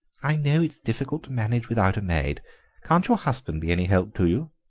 i know it's difficult to manage without a maid can't your husband be any help to you?